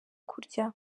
kurya